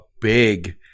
big